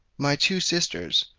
my two sisters,